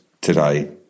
today